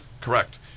Correct